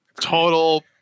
total